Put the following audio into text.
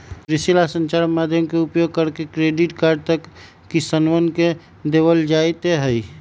कृषि ला संचार माध्यम के उपयोग करके क्रेडिट कार्ड तक किसनवन के देवल जयते हई